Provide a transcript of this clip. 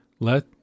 Let